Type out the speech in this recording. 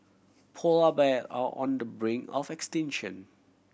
polar bear are on the brink of extinction